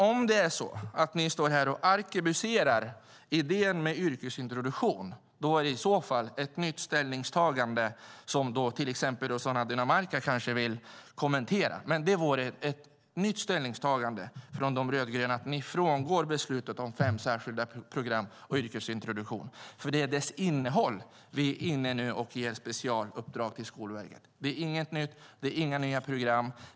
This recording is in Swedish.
Om det är så att ni står här och arkebuserar idén om yrkesintroduktion är det ett nytt ställningstagande, som till exempel Rossana Dinamarca kanske vill kommentera. Det vore ett nytt ställningstagande från de rödgröna om ni frångår beslutet om fem särskilda program på yrkesintroduktion. Det är innehållet vi nu är inne på och ger specialuppdrag till Skolverket om. Det är inget nytt. Det är inga nya program.